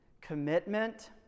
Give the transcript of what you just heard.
commitment